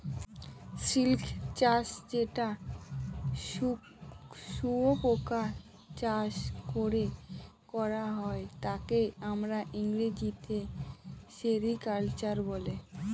silk চাষ যেটা শুয়োপোকা চাষ করে করা হয় তাকে আমরা ইংরেজিতে সেরিকালচার বলে